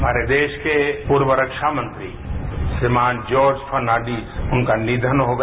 हमारे देश के प्रर्व रक्षामंत्री श्रीमान जॉर्ज फर्नांडीज उनका निधन हो गया